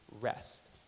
rest